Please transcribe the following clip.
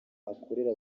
akorera